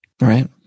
Right